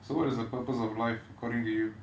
so what is the purpose of life according to you